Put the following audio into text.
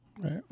Right